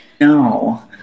No